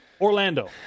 Orlando